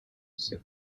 six